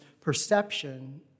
perception